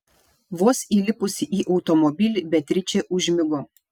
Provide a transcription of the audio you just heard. vos įlipusi į automobilį beatričė užmigo